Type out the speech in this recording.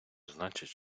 значить